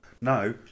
No